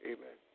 Amen